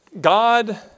God